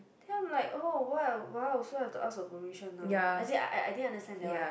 then I am like oh !wow! !wow! so I have to ask for permission now as in I I didn't understand that one